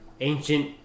ancient